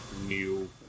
New